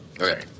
Okay